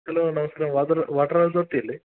hello നമസ്കാരം water water authority അല്ലെ